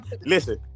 listen